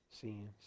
sins